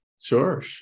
Sure